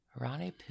Ronnie